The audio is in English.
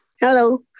Hello